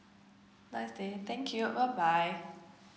thank you bye bye